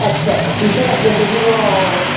ਅੱਛਾ ਟਿਊਸ਼ਨ ਰੱਖ ਦਿੰਦੇ ਜੀ ਫਿਰ ਓ